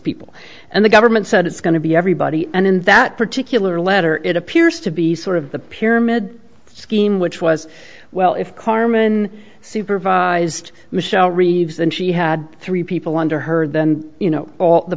people and the government said it's going to be everybody and in that particular her letter it appears to be sort of the pyramid scheme which was well if carmen supervised michelle reeves and she had three people under her then you know all the